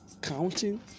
counting